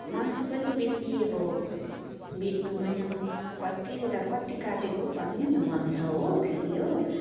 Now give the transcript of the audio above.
मासु पनि बेसी अब बेच्नु पनि अब कतिले त अब कति काटेको हौ पनि भन्छ हो फेरि हो